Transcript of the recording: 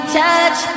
touch